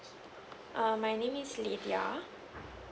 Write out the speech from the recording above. um my name is lidiyah